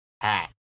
hat